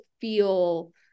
feel